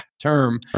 term